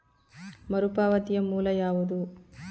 ಮರುಪಾವತಿಯ ಮೂಲ ಯಾವುದು?